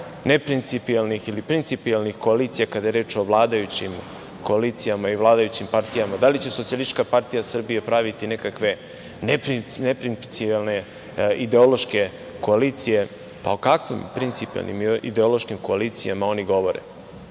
neprincipijelnih ili principijelnih koalicija kada je reč o vladajućim koalicijama i vladajućim partijama. Da li će SPS praviti nekakve neprincipijelne ideološke koalicije? Pa, o kakvim principijelnim i ideološkim koalicijama oni govore? Maločas